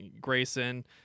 Grayson